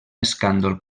escàndol